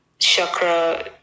chakra